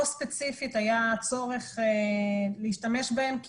פה ספציפית היה צורך להשתמש בהם כי